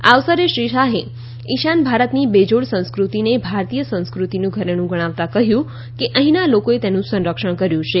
આ અવસરે શ્રી શાહે ઇશાન ભારતની બેજોડ સંસ્કૃતિને ભારતીય સંસ્કૃતિનું ઘરેણું ગણાવતાં કહ્યું કે અહીંના લોકોએ તેનું સંરક્ષણ કર્યું છે